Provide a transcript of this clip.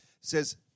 says